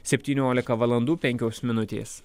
septyniolika valandų penkios minutės